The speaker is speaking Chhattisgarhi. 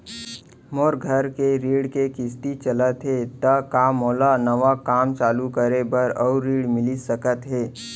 मोर घर के ऋण के किसती चलत हे ता का मोला नवा काम चालू करे बर अऊ ऋण मिलिस सकत हे?